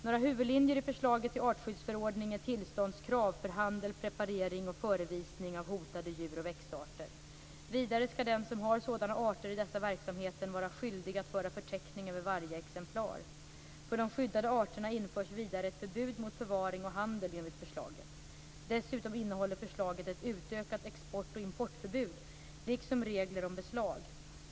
Några huvudlinjer i förslaget till artskyddsförordning är tillståndskrav för handel, preparering och förevisning av hotade djur och växtarter. Vidare skall den som har sådana arter i dessa verksamheter vara skyldig att föra förteckning över varje exemplar. För de skyddade arterna införs vidare ett förbud mot förvaring och handel enligt förslaget. Dessutom innehåller förslaget ett utökat export och importförbud, liksom regler om beslag.